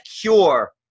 cure